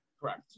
Correct